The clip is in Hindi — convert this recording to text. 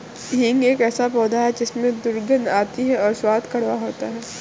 हींग एक ऐसा पौधा है जिसमें दुर्गंध आती है और स्वाद कड़वा होता है